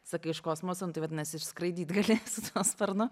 sakai iš kosmoso nu tai vadinasi ir skraidyt gali su tuo sparnu